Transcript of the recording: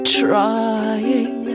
trying